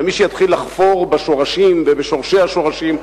ומי שיתחיל לחפור בשורשים ובשורשי השורשים,